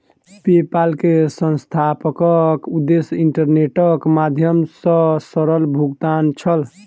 PayPal के संस्थापकक उद्देश्य इंटरनेटक माध्यम सॅ सरल भुगतान छल